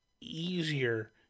easier